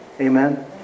Amen